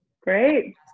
Great